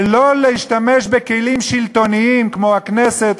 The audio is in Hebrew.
ולא להשתמש בכלים שלטוניים כמו הכנסת,